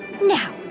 Now